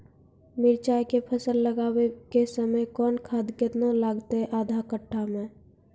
मिरचाय के फसल लगाबै के समय कौन खाद केतना लागतै आधा कट्ठा मे?